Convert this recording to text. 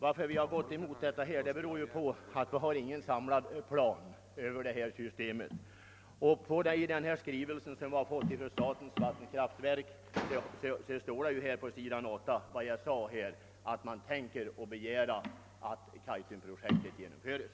Att vi har gått emot regeringens proposition beror på att det inte finns någon samlad plan över de framtida utbyggnaderna. I den skrivelse som vi har fått från Vattenfall står det dessutom på s. 8 att man tänker begära att Kaitumprojektet genomförs.